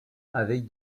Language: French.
avec